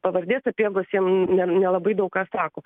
pavardė sapiegos jiem nelabai daug ką sako